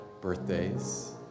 birthdays